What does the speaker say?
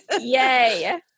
Yay